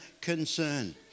concern